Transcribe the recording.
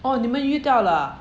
orh 你们遇到了 ah